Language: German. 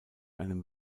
einem